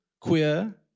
queer